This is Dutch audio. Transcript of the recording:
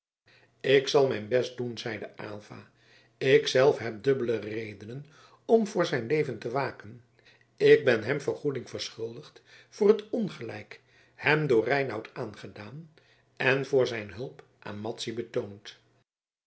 ik zal mijn best doen zeide avlva ik zelf heb dubbele redenen om voor zijn leven te waken ik ben hem vergoeding verschuldigd voor het ongelijk hem door reinout aangedaan en voor zijn hulp aan madzy betoond